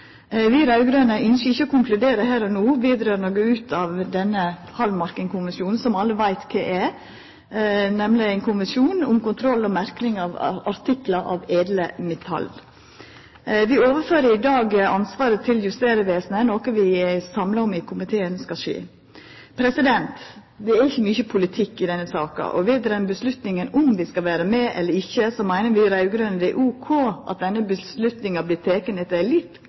Vi raud-grøne ynskjer ikkje å konkludera her og no med omsyn til å gå ut av denne Hallmarking-konvensjonen, som alle veit kva er – nemleg ein konvensjon om kontroll og merking av artiklar av edle metall. Vi overfører i dag ansvaret til Justervesenet, noko vi er samde om i komiteen skal skje. Det er ikkje mykje politikk i denne saka, og når det gjeld avgjerda om vi skal vera med eller ikkje, så meiner vi raud-grøne det er ok at denne avgjerda vert teken etter ei litt